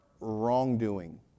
wrongdoing